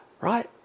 right